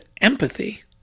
empathy